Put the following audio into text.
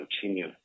continue